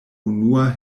unua